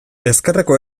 ezkerreko